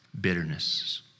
bitterness